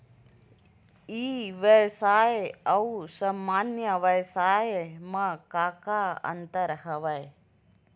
ई व्यवसाय आऊ सामान्य व्यवसाय म का का अंतर हवय?